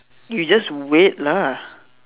you just wait lah